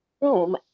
room